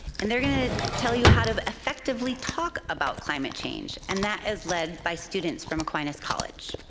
and they're gonna tell you how to effectively talk about climate change. and that is led by students from aquinas college.